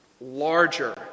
larger